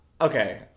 Okay